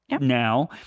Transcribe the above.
Now